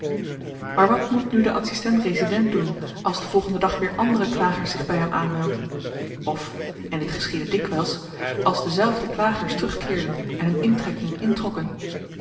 maar wat moest nu de adsistent resident doen als den volgenden dag weer andere klagers zich by hem aanmeldden of en dit geschiedde dikwyls als dezelfde klagers terugkeerden en hun intrekking introkken